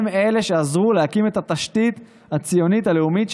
הם אלה שעזרו להקים את התשתית הציונית הלאומית,